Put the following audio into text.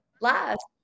last